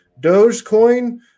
Dogecoin